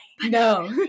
No